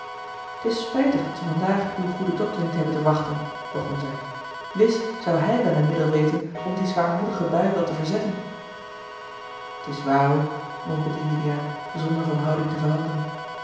t is spijtig dat we vandaag uw goeden dokter niet hebben te wachten begon zij wis zou hij wel een middel weten om die zwaarmoedige bui wat te verzetten t is waar ook mompelde juliaan zonder van houding te veranderen